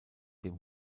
dem